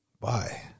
bye